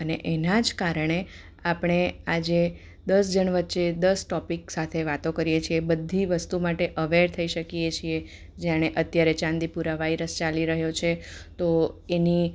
અને એના જ કારણે આપણે આજે દસ જણ વચ્ચે દસ ટૉપિક સાથે વાતો કરીએ છીએ બધી વસ્તુ માટે અવેર થઈ શકીએ છીએ જાણે અત્યારે ચાંદીપુરા વાયરસ ચાલી રહ્યો છે તો એની